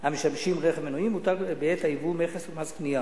המשמשים רכב מנועי, מוטל בעת היבוא מכס ומס קנייה.